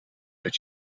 dat